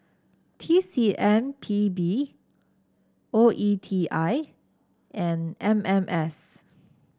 T C M P B O E T I and M M S